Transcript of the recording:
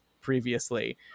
previously